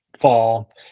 fall